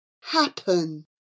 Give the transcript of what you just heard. happen